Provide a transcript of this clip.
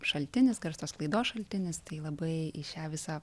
šaltinis garso sklaidos šaltinis tai labai į šią visą